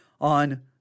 on